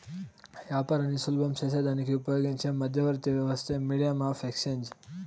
యాపారాన్ని సులభం సేసేదానికి ఉపయోగించే మధ్యవర్తి వ్యవస్థే మీడియం ఆఫ్ ఎక్స్చేంజ్